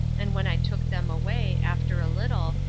and when i took them away, after a little,